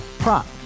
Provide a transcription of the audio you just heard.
Prop